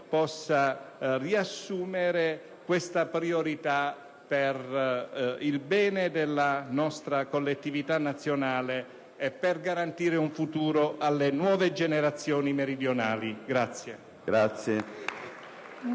possa riassumere tale priorità per il bene della collettività nazionale e per garantire un futuro alle nuove generazioni meridionali.